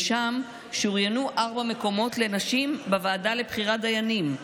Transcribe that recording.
ושם שורינו ארבעה מקומות לנשים בוועדה לבחירת דיינים.